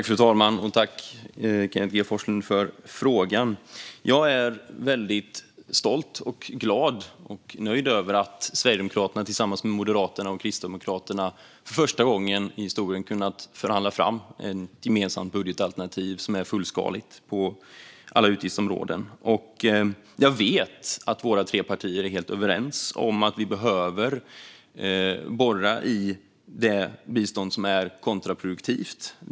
Fru talman! Tack, Kenneth G Forslund, för frågan! Jag är väldigt stolt, glad och nöjd över att Sverigedemokraterna tillsammans med Moderaterna och Kristdemokraterna för första gången i historien har kunnat förhandla fram ett gemensamt budgetalternativ som är fullskaligt på alla utgiftsområden. Jag vet att våra tre partier är helt överens om att vi behöver borra i det bistånd som är kontraproduktivt.